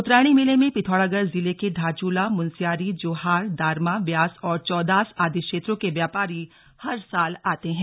उत्तरायणी मेले में पिथौरागढ़ जिले के धारचूला मुनस्यारी जोहार दारमा व्यास और चौंदास आदि क्षेत्रों के व्यापारी हर साल आते हैं